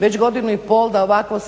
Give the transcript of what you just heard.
već godinu i pol da ovakvo